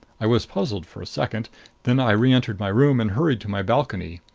i was puzzled for a second then i reentered my room and hurried to my balcony.